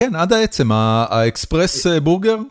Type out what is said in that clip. כן, עד העצם, האקספרס בורגר.